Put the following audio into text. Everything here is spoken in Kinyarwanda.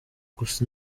gusa